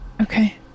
okay